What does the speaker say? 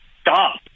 stop